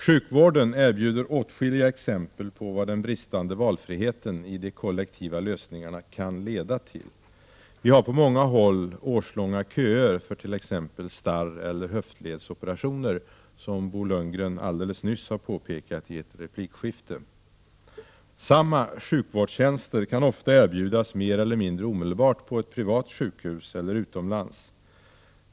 Sjukvården erbjuder åtskilliga exempel på vad den bristande valfriheten i de kollektiva lösningarna kan leda till. Vi har på många håll årslånga köer för t.ex. starreller höftledsoperationer, som Bo Lundgren alldeles nyss har påpekat i ett replikskifte. Samma sjukvårdstjänster kan ofta erbjudas mer eller mindre omedelbart på ett privat sjukhus eller utomlands.